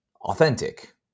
authentic